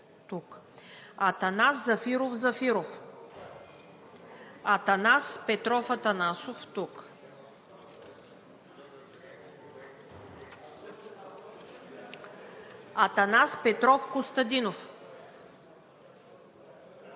Атанас Петров Костадинов